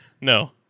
no